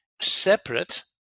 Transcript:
separate